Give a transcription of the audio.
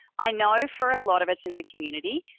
i know for a lot of us in the community,